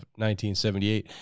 1978